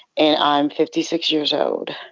and i'm fifty six years old.